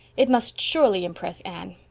it must surely impress anne.